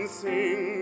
sing